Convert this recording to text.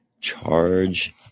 Charge